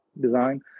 design